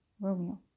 Romeo